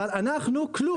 אבל אנחנו כלום.